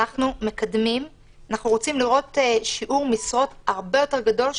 אנחנו רוצים לראות שיעור משרות מיועדות הרבה יותר גדול.